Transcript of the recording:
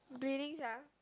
bleeding sia